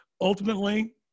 ultimately